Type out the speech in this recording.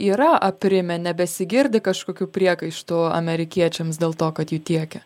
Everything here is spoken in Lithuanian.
yra aprimę nebesigirdi kažkokių priekaištų amerikiečiams dėl to kad jų tiekia